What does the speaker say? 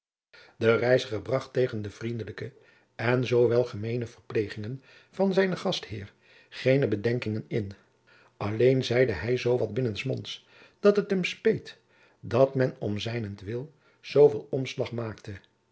de reiziger bracht tegen de vriendelijke en zoo wel gemeende verplegingen van zijnen gastheer geene bedenkingen in alleen zeide hij zoo wat binnensmonds dat het hem speet dat men om zijnentwil zooveel omslag maakte